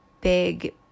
big